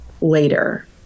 later